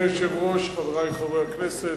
אדוני היושב-ראש, חברי חברי הכנסת,